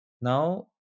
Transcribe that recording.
Now